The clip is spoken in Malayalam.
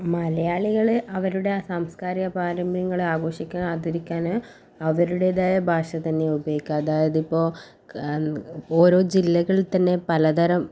മലയാളികൾ അവരുടെ സാംസ്ക്കാരിക പാരമ്പര്യങ്ങളെ ആഘോഷിക്കാനും ആദരിക്കാനും അവരുടേതായ ഭാഷ തന്നെയാണ് ഉപയോഗിക്കുക അതായത് ഇപ്പോൾ ഓരോ ജില്ലകളിൽ തന്നെ പലതരം